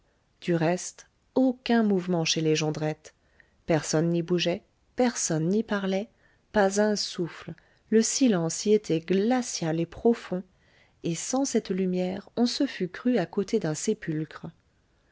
du reste aucun mouvement chez les jondrette personne n'y bougeait personne n'y parlait pas un souffle le silence y était glacial et profond et sans cette lumière on se fût cru à côté d'un sépulcre